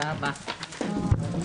הישיבה ננעלה בשעה 11:38.